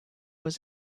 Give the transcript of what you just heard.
was